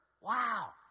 Wow